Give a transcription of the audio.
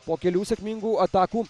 po kelių sėkmingų atakų